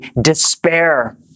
despair